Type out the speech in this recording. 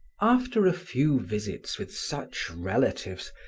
after a few visits with such relatives,